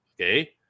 Okay